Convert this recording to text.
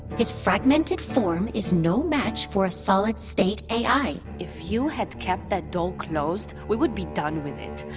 his fragmented form is no match for a solid state a i if you had kept that door closed, we would be done with it.